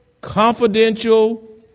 confidential